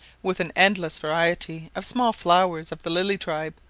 with an endless variety of small flowers of the lily tribe,